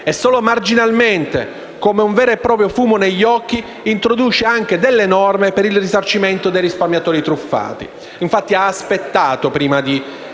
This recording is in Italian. E solo marginalmente, come vero e proprio fumo negli occhi, introduce anche delle norme per il risarcimento dei risparmiatori truffati. Infatti, prima di